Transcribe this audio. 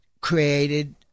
created